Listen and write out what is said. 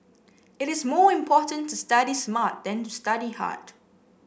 it is more important to study smart than to study hard